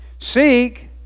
seek